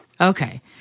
Okay